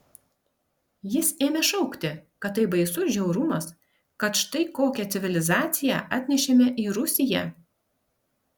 jis ėmė šaukti kad tai baisus žiaurumas kad štai kokią civilizaciją atnešėme į rusiją